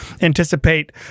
anticipate